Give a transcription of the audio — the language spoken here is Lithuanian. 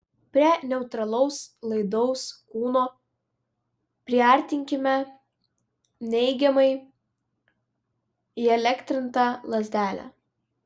prie neutralaus laidaus kūno priartinkime neigiamai įelektrintą lazdelę